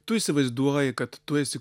tu įsivaizduoji kad tu esi